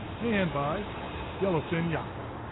and by yellowfin yachts.